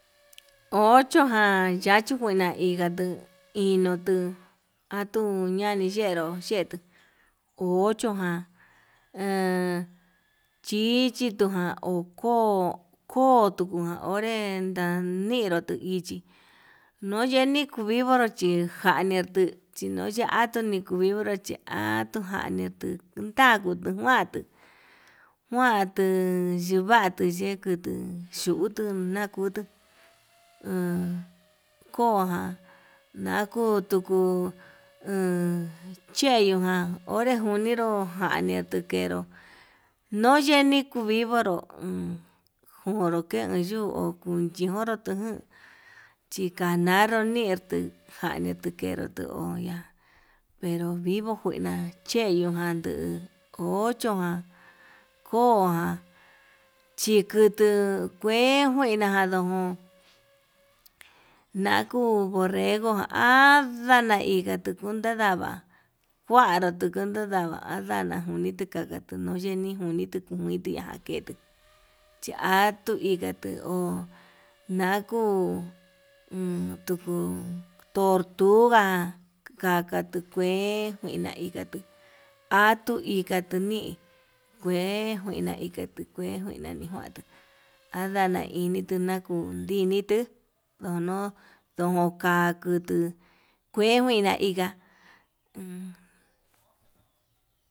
Ochojan yachinjuena injatuu inotu, atun yani yenró yenró ocho jan he chichijan ho koo koo tukujan onré endandiro tuu ichí, no'o yeni tuvivoro xhí njanetu chi nuu yate niku vivoro chí yatujanitu ndakutu njuantu njuantu yuvatu chikutu xhutu nakutu an koján nakuu tuku an ycheyuján onre njuniro ján, njani tuukero noyeni kuu vivonró uun njoro ke yuu kunchioro tujun chikanaru niurtu janii tikenru tu oin ya pero vivo njuina, che yujan ndiu ko'o choján ko'o ján chikutu kue njuina nadojón nakuu borrego anadai yatu kunda ndava kuanru tukuu nuu ndava'a ndajuni taka tunui, yenii njunitu njunituya ndaketu chatuu ho nakuu tuku tortuga kaktu kue kuina ikatu atuu ikatu nii kue ika yinatu kue njuina njuatu, adana initu nakundi initu ndono'o ndojón ka'a kutuu kue njuina iga'a um.